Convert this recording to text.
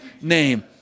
name